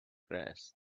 grass